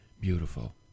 beautiful